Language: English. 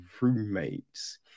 roommates